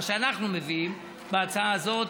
מה שאנחנו מביאים בהצעה הזאת.